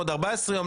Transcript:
עוד 14 יום,